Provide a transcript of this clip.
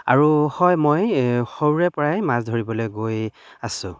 আৰু হয় মই সৰুৰে পৰাই মাছ ধৰিবলৈ গৈ আছোঁ